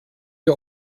die